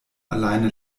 alleine